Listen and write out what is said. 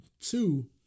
two